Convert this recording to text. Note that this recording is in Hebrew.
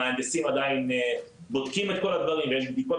המהנדסים עדיין בודקים את כל הדברים ויש בדיקות